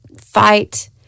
fight